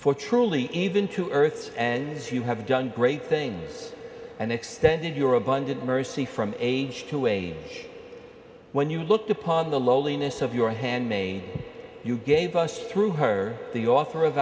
for truly even to earth's and those who have done great things and extended your abundant mercy from age to age when you looked upon the lowliness of your handmaid you gave us through her the offer of